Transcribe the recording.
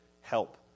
help